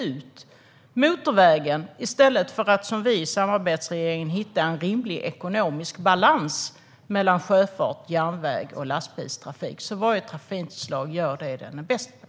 I stället kan man som vi i samarbetsregeringen gör hitta en rimlig ekonomisk balans mellan sjöfart, järnväg och lastbilstrafik så att varje trafikslag gör vad det är bäst på.